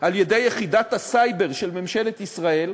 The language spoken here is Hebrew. על-ידי יחידת הסייבר של ממשלת ישראל,